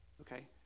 okay